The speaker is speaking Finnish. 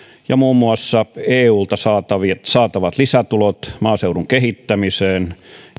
ja muun muassa eulta saatavat saatavat lisätulot maaseudun kehittämiseen